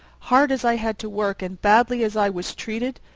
hard as i had to work and badly as i was treated?